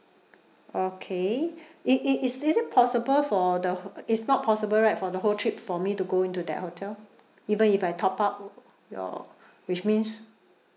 okay it it is is it possible for the who~ it's not possible right from the whole trip for me to go into that hotel even if I top up your which means